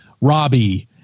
Robbie